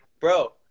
bro